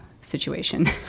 situation